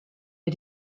mir